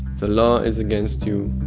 the law is against you,